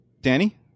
danny